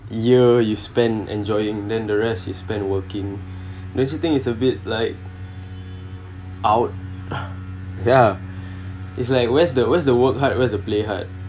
year you spent enjoying then the rest is spend working then the thing is a bit like out ya it's like where's the where's the work hard where’s the play hard